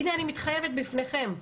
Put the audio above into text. הנה אני מתחייבת בפניכן,